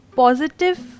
positive